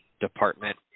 department